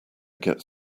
get